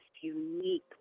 unique